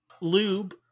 lube